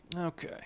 Okay